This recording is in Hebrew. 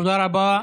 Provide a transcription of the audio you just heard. תודה רבה.